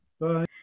bye